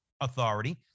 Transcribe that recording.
authority